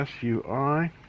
SUI